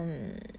bring it